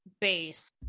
base